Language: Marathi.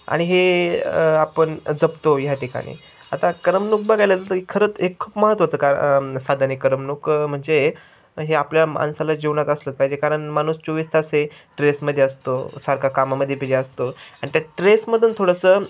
आणि हे आपण जपतो ह्या ठिकाणी आता करमणूक बघायला तर खरं एक खूप महत्त्वाचं का साधन आहे करमणूक म्हणजे हे आपल्या माणसाला जीवनात असलंच पाहिजे कारण माणूस चोवीस तास ट्रेस मध्ये असतो सारखा कामामध्ये पिजे असतो आणि त्या ट्रेस मधून थोडंसं